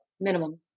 Minimum